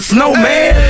Snowman